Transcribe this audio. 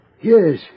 Yes